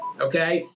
Okay